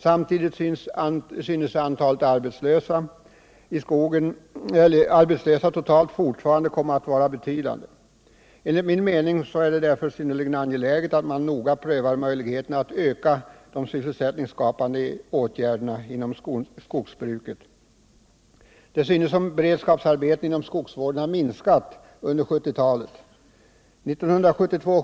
Samtidigt synes det totala antalet arbetslösa fortfarande komma att vara betydande. Enligt min mening är det därför synnerligen angeläget att man noga prövar möjligheterna att öka de sysselsättningsskapande åtgärderna inom skogsbruket. Det synes som om beredskapsarbetena inom skogsvården har minskat under 1970-talet.